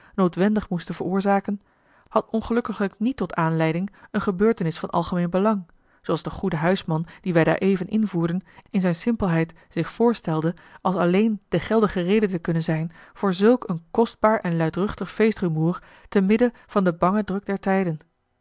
noodwendig moesten veroorzaken had ongelukkiglijk niet tot aanleiding eene gebeurtenis van algemeen belang zooals de goede huisman dien wij daareven invoerden in zijne simpelheid zich voorstelde als alleen de geldige reden te kunnen zijn voor zulk een kostbaar en luidruchtig feestrumoer te midden van den bangen druk der tijden